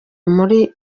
muri